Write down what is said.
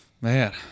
Man